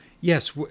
Yes